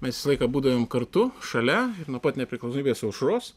mes visą laiką būdavom kartu šalia nuo pat nepriklausomybės aušros